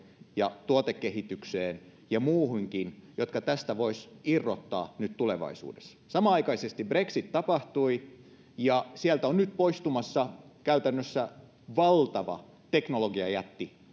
ja tuotekehitykseen ja muuhunkin ja jotka tästä nyt voisi irrottaa tulevaisuudessa samanaikaisesti brexit tapahtui ja sieltä on nyt poistumassa käytännössä valtava teknologiajätti